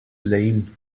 lame